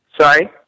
Sorry